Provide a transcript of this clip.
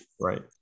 right